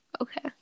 Okay